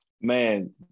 Man